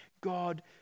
God